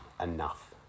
enough